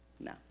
No